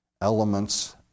elements